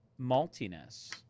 maltiness